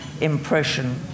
impression